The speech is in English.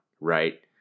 right